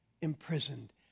imprisoned